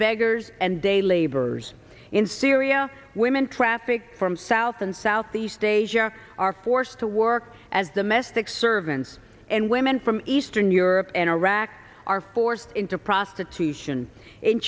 beggars and day laborers in syria women trafficked from south and southeast asia are forced to work as the mess that servants and women from eastern europe and iraq are forced into prostitution in